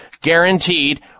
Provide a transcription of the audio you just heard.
guaranteed